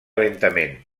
lentament